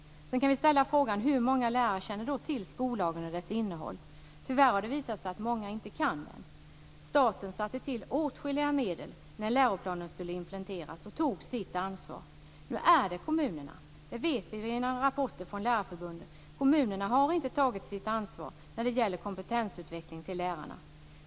Sedan kan vi ställa frågan hur många lärare som känner till skollagen och dess innehåll. Tyvärr har det visat sig att många inte kan den. Staten tillförde åtskilliga medel när läroplanen skulle implementeras och tog sitt ansvar. Nu är det kommunerna som ska ta sitt ansvar. Vi vet genom rapporter från Lärarförbundet att kommunerna inte har tagit sitt ansvar när det gäller kompetensutveckling av lärarna.